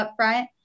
upfront